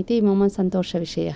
इति मम सन्तोषविषय